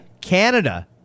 Canada